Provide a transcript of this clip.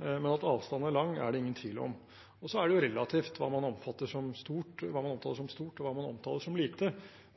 men at avstanden er stor, er det ingen tvil om. Så er det jo relativt hva man omtaler som stort, og hva man omtaler som lite.